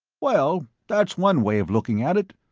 well, that's one way of looking at it,